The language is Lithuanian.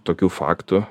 tokių faktų